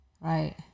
Right